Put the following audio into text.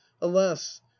alas